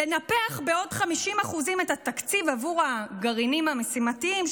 לנפח בעוד 50% את התקציב עבור הגרעינים המשימתיים,